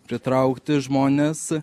pritraukti žmones